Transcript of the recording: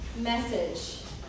message